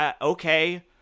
okay